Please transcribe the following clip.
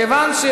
כיוון,